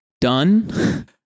done